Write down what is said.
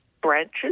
branches